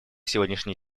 сегодняшней